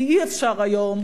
כי אי-אפשר היום